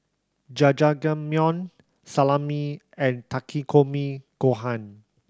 Jajangmyeon Salami and Takikomi Gohan